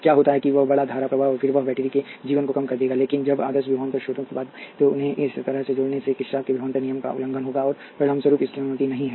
क्या होता है वह बड़ा धारा प्रवाह और फिर वह बैटरी के जीवन को कम कर देगा लेकिन जब आदर्श विभवांतर स्रोतों की बात आती है तो उन्हें इस तरह से जोड़ने से किरचॉफ के विभवांतर नियम का उल्लंघन होगा और परिणामस्वरूप इसकी अनुमति नहीं है